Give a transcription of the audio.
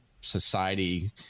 society